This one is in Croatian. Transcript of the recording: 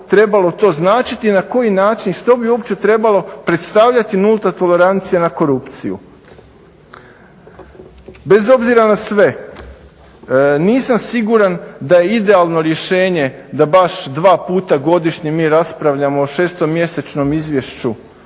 trebalo to značiti i na koji način, što bi uopće trebalo predstavljati nulta tolerancija na korupciju? Bez obzira na sve, nisam siguran da je idealno rješenje da baš dva puta godišnje mi raspravljamo o šestomjesečnom izvješću